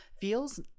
feels